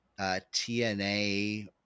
TNA